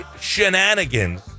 Shenanigans